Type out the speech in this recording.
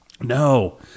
No